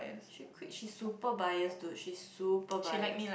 she quit she super bias dude she super bias